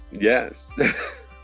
Yes